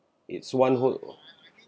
it's one whole